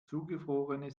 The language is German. zugefrorene